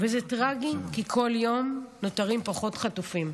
וזה טרגי, כי כל יום נותרים פחות חטופים,